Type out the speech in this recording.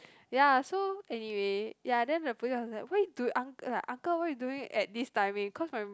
ya so anyway ya then the police was like why do uncle uncle what are you doing at this timing cause my